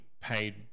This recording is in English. paid